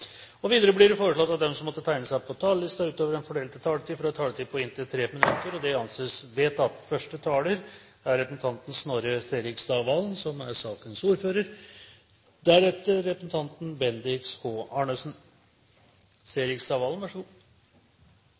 taletid. Videre blir det foreslått at de som måtte tegne seg på talerlisten utover den fordelte taletid, får en taletid på inntil 3 minutter. – Det anses vedtatt. Første taler er Tor-Arne Strøm, som taler på vegne av sakens ordfører,